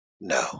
No